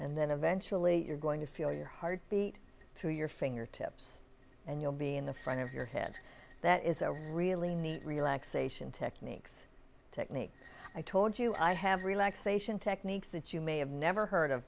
and then eventually you're going to feel your heartbeat through your fingertips and you'll be in the front of your head that is a really neat relaxation techniques technique i told you i have relaxation techniques that you may have never heard of